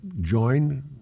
join